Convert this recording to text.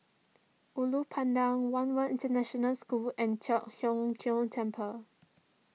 Ulu Pandan one World International School and Teck Keng Temple